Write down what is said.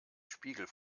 spiegel